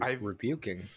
rebuking